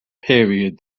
period